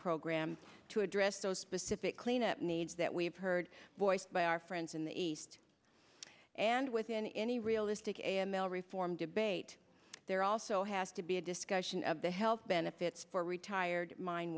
program to address those specific cleanup needs that we've heard voiced by our friends in the east and within any realistic and they'll reform debate there also has to be a discussion of the health benefits for retired mine